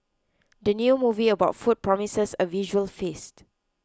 the new movie about food promises a visual feast